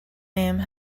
name